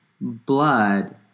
blood